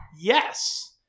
Yes